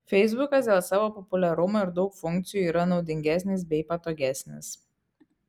feisbukas dėl savo populiarumo ir daug funkcijų yra naudingesnis bei patogesnis